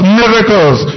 miracles